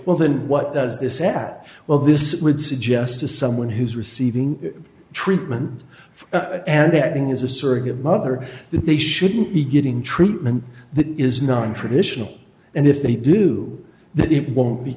well then what does this at well this would suggest to someone who's receiving treatment for and acting as a surrogate mother that they shouldn't be getting treatment that is nontraditional and if they do that it won't be